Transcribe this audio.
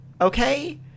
Okay